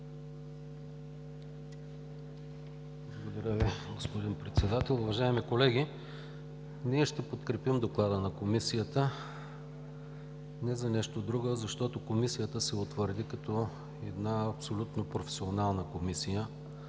Благодаря Ви, господин Председател! Уважаеми колеги! Ние ще подкрепим Доклада на Комисията не за нещо друго, а защото Комисията се утвърди като една абсолютно професионална комисия.